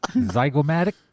Zygomatic